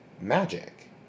magic